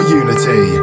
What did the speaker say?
unity